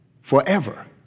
forever